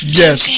yes